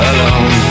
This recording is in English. Alone